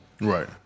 Right